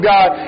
God